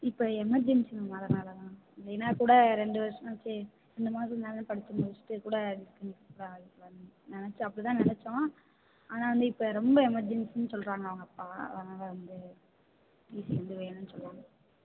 இப்போ emergency ma'am அதனால் தான் மேம் இல்லைனா கூட ரெண்டு வருஷம் கழிச்சி இந்தமாதிரி இருந்தாலும் படிப்பு முடிச்சுட்டு கூட நெனைச்சோம் அப்படிதான் நெனைச்சோம் ஆனால் வந்து இப்போ ரொம்ப எமர்ஜென்சின்னு சொல்கிறாங்க அவங்க அப்பா அதனால் வந்து டிசி வந்து வேணும்னு சொல்கிறாங்க